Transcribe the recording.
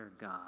God